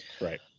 Right